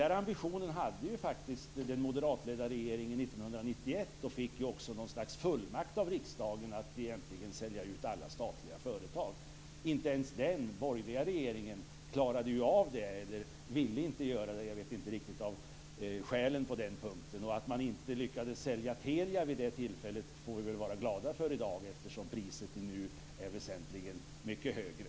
Den ambitionen hade den moderatledda regeringen 1991, och regeringen fick något slags fullmakt av riksdagen att sälja ut alla statliga företag. Inte ens den borgerliga regeringen klarade av detta - eller ville inte göra, jag vet inte riktigt skälen. Vi får väl vara glada i dag för att regeringen inte lyckades sälja Telia vid det tillfället - priset är ju nu väsentligen högre.